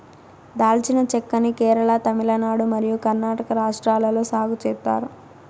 దాల్చిన చెక్క ని కేరళ, తమిళనాడు మరియు కర్ణాటక రాష్ట్రాలలో సాగు చేత్తారు